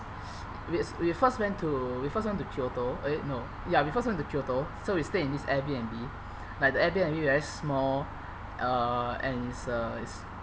we we first went to we first went to kyoto eh no ya we first went to kyoto so we stay in this air b n b like the Airbnb very small uh and it's a it's